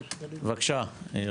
בבקשה.